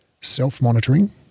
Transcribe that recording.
self-monitoring